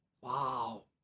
Wow